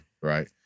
right